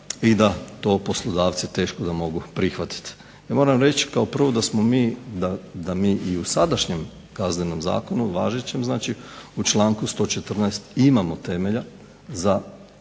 i da to poslodavci teško da mogu prihvatiti. Ja moram reći kao prvo da smo mi, da mi i u sadašnjem Kaznenom zakonu, važećem znači u članku 114. imamo temelja za procesuiranje